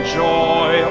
joy